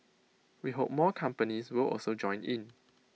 we hope more companies will also join in